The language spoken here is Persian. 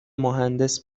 مهندس